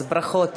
אז ברכות.